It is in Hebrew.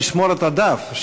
תשמור את הדף,